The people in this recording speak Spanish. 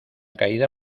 caída